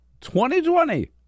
2020